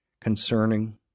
concerning